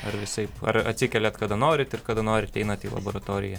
ar visaip ar atsikeliat kada norit ir kada norit einat į laboratoriją